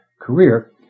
career